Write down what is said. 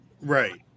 right